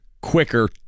quicker